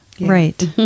Right